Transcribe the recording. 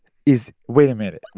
is wait a minute.